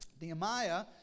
Nehemiah